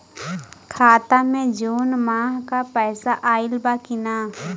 खाता मे जून माह क पैसा आईल बा की ना?